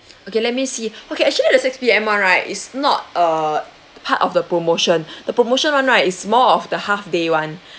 okay let me see okay actually the six P_M [one] right is not uh part of the promotion the promotion [one] right it's more of the half day [one]